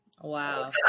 Wow